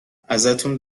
ازتون